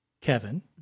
Kevin